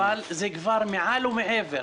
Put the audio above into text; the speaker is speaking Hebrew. אבל זה כבר מעל ומעבר.